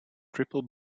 triple